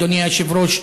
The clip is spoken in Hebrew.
אדוני היושב-ראש,